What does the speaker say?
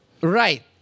right